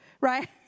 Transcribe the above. right